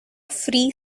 free